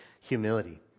humility